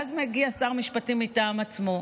ואז מגיע שר משפטים מטעם עצמו,